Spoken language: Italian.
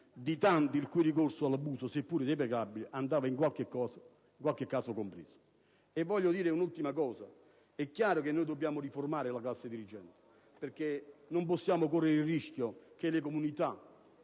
di tanti, il cui il ricorso all'abuso, seppur deprecabile, andava in qualche caso compreso. Voglio dire un'ultima cosa. È chiaro che dobbiamo riformare la classe dirigente, perché non possiamo correre il rischio che le comunità